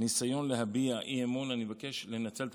ניסיון להביע אי-אמון אני מבקש לנצל את